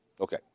Okay